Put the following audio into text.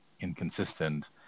inconsistent